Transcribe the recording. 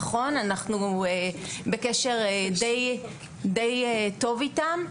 נכון אנחנו בקשר די טוב איתם.